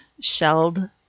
shelled